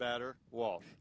batter wall